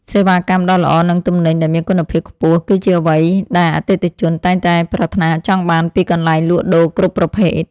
សេវាកម្មដ៏ល្អនិងទំនិញដែលមានគុណភាពខ្ពស់គឺជាអ្វីដែលអតិថិជនតែងតែប្រាថ្នាចង់បានពីកន្លែងលក់ដូរគ្រប់ប្រភេទ។